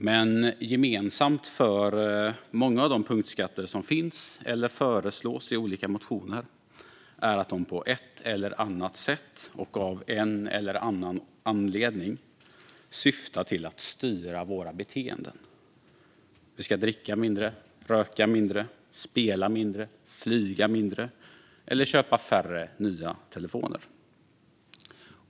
Men gemensamt för många av de punktskatter som finns eller föreslås i olika motioner är att de på ett eller annat sätt och av en eller annan anledning syftar till att styra våra beteenden - vi ska dricka mindre, röka mindre, spela mindre, flyga mindre eller köpa färre nya telefoner.